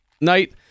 night